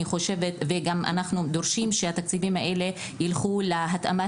אנחנו דורשים שהתקציבים האלה ילכו להתאמת